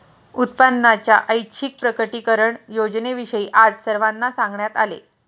उत्पन्नाच्या ऐच्छिक प्रकटीकरण योजनेविषयी आज सर्वांना सांगण्यात आले